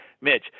Mitch